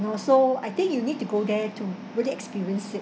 and also I think you need to go there to really experience it